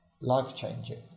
life-changing